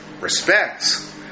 respects